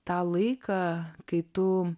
tą laiką kai tu